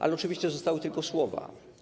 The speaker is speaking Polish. Ale oczywiście zostały tylko słowa.